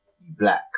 Black